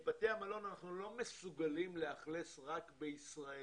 בתי המלון אנחנו לא מסוגלים לאכלס רק בישראלים.